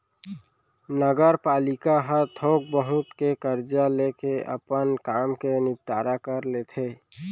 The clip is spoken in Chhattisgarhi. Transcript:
नगरपालिका ह थोक बहुत के करजा लेके अपन काम के निंपटारा कर लेथे